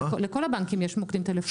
לכל הבנקים יש מוקדים טלפוניים.